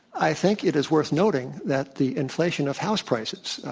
i think it is worth noting that the inflation of house prices,